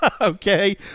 Okay